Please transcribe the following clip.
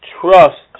trust